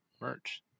merch